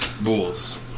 Bulls